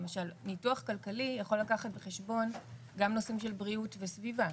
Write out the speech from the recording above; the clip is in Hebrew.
למשל ניתוח כלכלי יכול לקחת בחשבון גם נושאים של בריאות וסביבה.